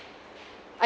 I